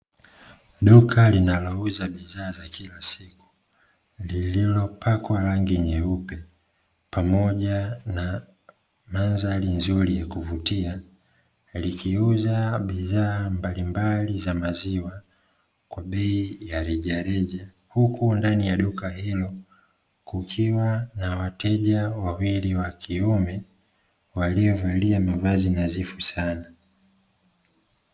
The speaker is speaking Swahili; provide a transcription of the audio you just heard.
Duka linalouza bidhaa za kila siku, lililopakwa rangi nyeupe pamoja na mandhari nzuri ya kuvutia. Likiuza bidhaa mbalimbali za maziwa kwa bei ya rejareja. Huku ndani ya duka hilo kukiwa na wateja wawili wakiume waliovalia mavazi nadhifu sana.